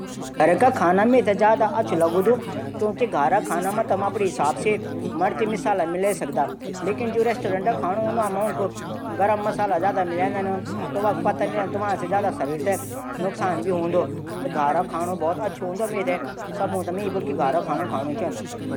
कनाडा संस्कृति मा साहित्य विश्व प्रसिद्ध चा जैमा लेखक मागरेट एटबुल अलिस मुनरो शामिल छन। संगीत मा लियोनारड कोहेन नील यःग शामिल है। नृत्य जन बैल कःटेम्पररी डाःस शामिल है।